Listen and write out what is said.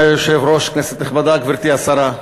אדוני היושב-ראש, כנסת נכבדה, גברתי השרה,